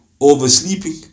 oversleeping